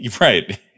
Right